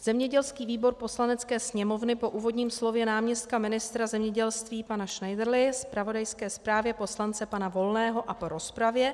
Zemědělský výbor Poslanecké sněmovny po úvodním slově náměstka ministra zemědělství pana Šnejdrly, zpravodajské zprávě poslance pana Volného a po rozpravě: